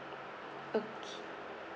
okay